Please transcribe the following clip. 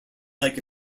like